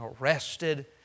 arrested